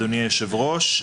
אדוני היושב-ראש.